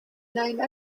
name